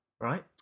right